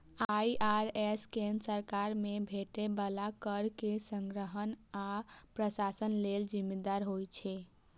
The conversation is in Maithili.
आई.आर.एस केंद्र सरकार कें भेटै बला कर के संग्रहण आ प्रशासन लेल जिम्मेदार होइ छै